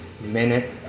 minute